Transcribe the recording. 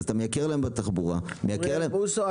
אתה מייקר להם בתחבורה, מייקר להם בחשמל.